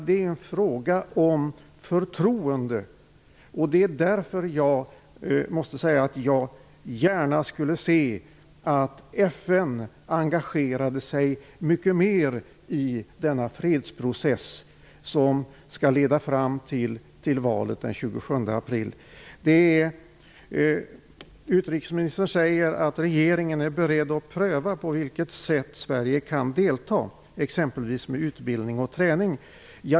Det är en fråga om förtroende. Av den anledningen skulle jag gärna se att FN engagerade sig mycket mer i denna fredsprocess, som skall leda fram till valet den 27 april. Utrikesministern säger att regeringen är beredd att pröva på vilket sätt Sverige kan delta -- exempelvis med utbildning och träning.